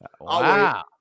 Wow